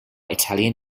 italian